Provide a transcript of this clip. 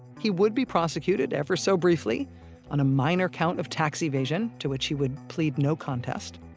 he would be prosecuted ever so briefly on a minor count of tax evasion to which he would plead no contest,